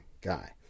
guy